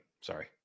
sorry